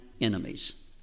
enemies